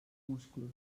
musclos